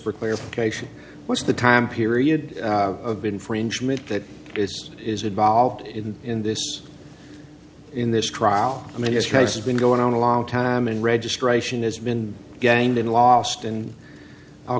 for clarification what's the time period of infringement that is involved in in this in this trial i mean this case has been going on a long time and registration has been gained and lost in all